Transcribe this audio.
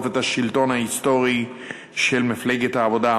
את השלטון ההיסטורי של מפלגת העבודה,